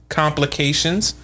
complications